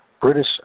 British